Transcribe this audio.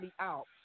out